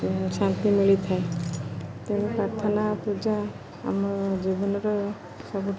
ଶାନ୍ତି ମିଳିଥାଏ ତେଣୁ ପ୍ରାର୍ଥନା ପୂଜା ଆମ ଜୀବନର ସବୁଠୁ ବଡ଼